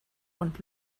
und